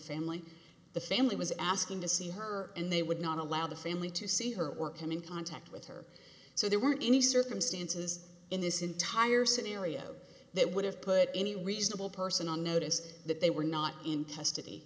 family the family was asking to see her and they would not allow the family to see her or him in contact with her so there weren't any circumstances in this entire scenario that would have put any reasonable person on notice that they were not in custody